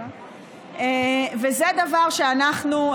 זה דבר שאנחנו,